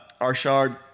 Archard